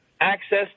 access